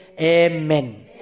Amen